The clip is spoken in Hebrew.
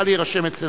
נא להירשם.